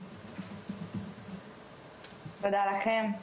תודה לכם.